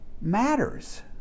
matters